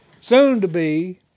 soon-to-be